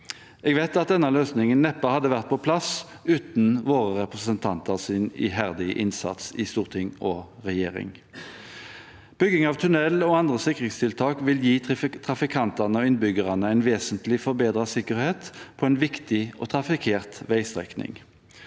Jeg vet at denne løsningen neppe hadde vært på plass uten våre representanters iherdige innsats i storting og regjering. Bygging av tunnel og andre sikringstiltak vil gi trafikantene og innbyggerne en vesentlig forbedret sikkerhet på en viktig og trafikkert veistrekning.